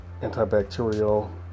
antibacterial